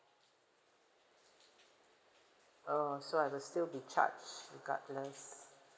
oh so I will still be charged regardless